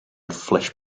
flesh